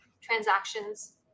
transactions